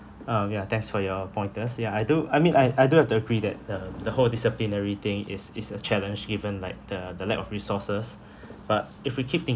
oh ya thanks for your pointers ya I do I mean I I do have to agree that the the whole disciplinary thing is is a challenge given like the the lack of resources but if we keep thinking